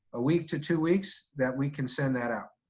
a week to two weeks that we can send that out.